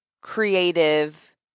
creative